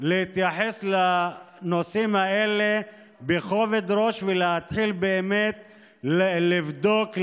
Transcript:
להתייחס לנושאים האלה בכובד ראש ולהתחיל באמת לבדוק,